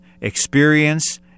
experience